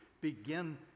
begin